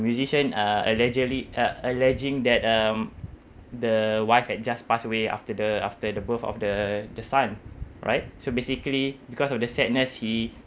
musician uh allegedly uh alleging that um the wife had just passed away after the after the birth of the the son right so basically because of the sadness he